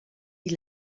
die